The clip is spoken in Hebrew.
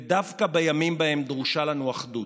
דווקא בימים שבהם דרושה לנו אחדות,